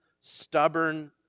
stubborn